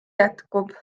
jätkub